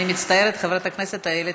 אני מצטערת, חברת הכנסת איילת